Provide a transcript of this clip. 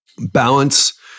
Balance